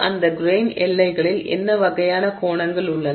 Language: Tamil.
அந்த கிரெய்ன் எல்லைகளில் என்ன வகையான கோணங்கள் உள்ளன